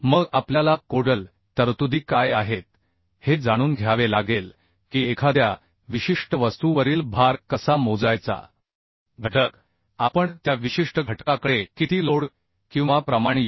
मग आपल्याला कोडल तरतुदी काय आहेत हे जाणून घ्यावे लागेल की एखाद्या विशिष्ट वस्तूवरील भार कसा मोजायचाघटक आपण त्या विशिष्ट घटकाकडे किती लोड किंवा प्रमाण येऊ